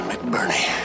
McBurney